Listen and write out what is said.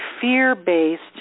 fear-based